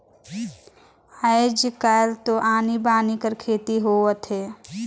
आयज कायल तो आनी बानी कर खेती होवत हे